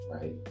right